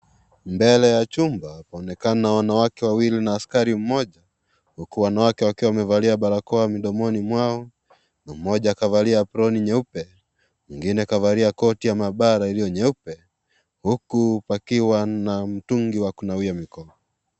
Mbele ya chumba waonekana wanawake wawili, na askari mmoja, huku wanawake wakiwa wamevalia barakoa midomoni mwao. Mmoja akavalia aproni nyeupe, mwingine akavalia koti ya mahabara iliyo nyeupe, huku wakiwa na mtungi wa kunawia mkono.